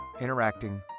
interacting